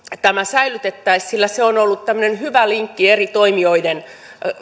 tämä säilytettäisiin sillä se on ollut hyvä linkki eri toimijoiden